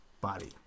body